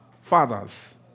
Fathers